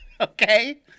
Okay